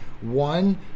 one